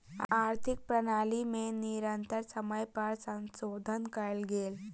आर्थिक प्रणाली में निरंतर समय पर संशोधन कयल गेल